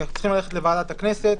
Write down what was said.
כי אנחנו צריכים ללכת לוועדת הכנסת,